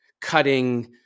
cutting